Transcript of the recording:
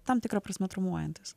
tam tikra prasme traumuojantys